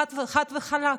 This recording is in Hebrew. חד וחלק.